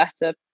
better